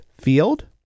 field